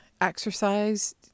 exercise